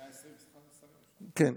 120 שרים, כן.